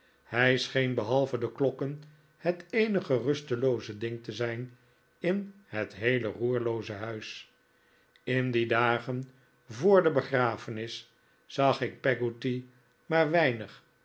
hij scheen behalve de klokken het eenige rustelooze ding te zijn in het heele roerlooze huis in die dagen voor de begrafenis zag ik peggotty maar weinig